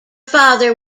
father